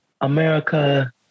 America